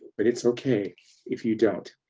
but it's okay if you don't.